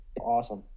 awesome